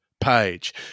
page